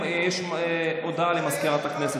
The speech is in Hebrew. כולנו, אתה לא מתרגש?